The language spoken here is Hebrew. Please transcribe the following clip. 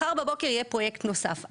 מחר בבוקר יהיה פרויקט נוסף.